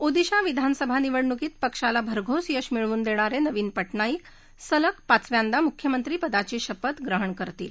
ओदिशा विधानसभा निवडणुकीत पक्षाला भरघोस यश मिळवून देणारे नवीन पाजीईक सलग पाचव्यांदा मुख्यमंत्री पदाची शपथ ग्रहण करणार आहेत